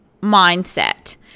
mindset